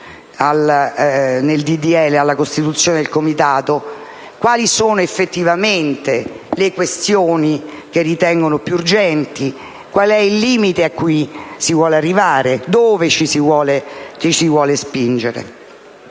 alla costituzione del Comitato - quali sono effettivamente le questioni che si ritengono più urgenti, qual è il limite cui si vuole arrivare e dove ci si vuole spingere.